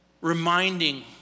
reminding